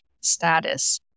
status